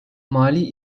mali